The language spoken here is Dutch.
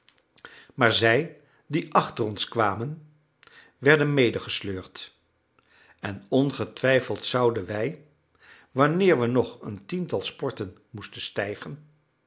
maar zij die achter ons kwamen werden medegesleurd en ongetwijfeld zouden wij wanneer we nog een tiental sporten moesten stijgen